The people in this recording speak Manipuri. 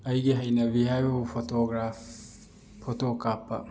ꯑꯩꯒꯤ ꯍꯩꯅꯕꯤ ꯍꯥꯏꯕꯕꯨ ꯐꯣꯇꯣꯒ꯭ꯔꯥꯞ ꯐꯣꯇꯣ ꯀꯥꯞꯄ